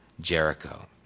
Jericho